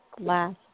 last